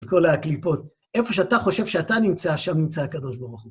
כל הקליפות, איפה שאתה חושב שאתה נמצא, שם נמצא הקדוש ברוך הוא.